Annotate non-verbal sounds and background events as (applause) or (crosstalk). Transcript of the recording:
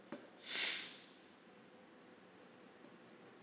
(breath)